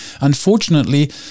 unfortunately